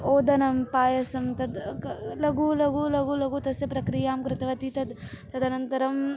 ओदनं पायसं तद् लघु लघु लघु लघु तस्य प्रक्रियां कृतवती तद् तदनन्तरम्